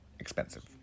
expensive